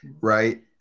right